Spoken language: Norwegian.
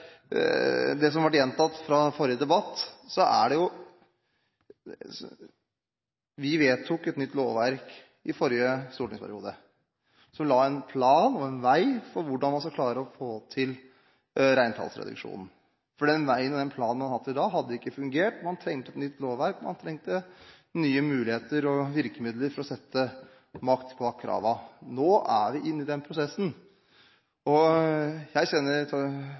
det som ble gjentatt fra forrige debatt, vedtok vi et nytt lovverk i forrige stortingsperiode, som la en plan og en vei for hvordan man skal klare å få til reintallsreduksjonen. Den veien og planen man hadde hatt til da, hadde ikke fungert. Man trengte et nytt lovverk, nye muligheter og nye virkemidler for å sette makt bak kravene. Nå er vi inne i den prosessen. Jeg kjenner representanten Trældal som en som følger godt med i norsk media, og jeg